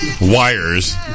wires